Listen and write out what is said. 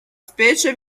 specie